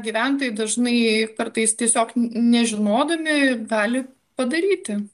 gyventojai dažnai kartais tiesiog nežinodami gali padaryti